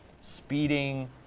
speeding